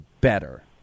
better